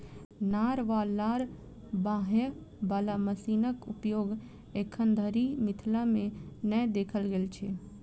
नार वा लार बान्हय बाला मशीनक उपयोग एखन धरि मिथिला मे नै देखल गेल अछि